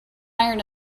iron